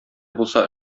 булса